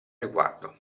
riguardo